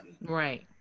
Right